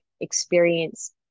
experience